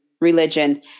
religion